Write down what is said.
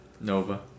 Nova